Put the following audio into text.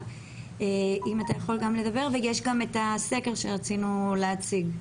גם לדבר וגם להציג את הסקר שרצינו להציג.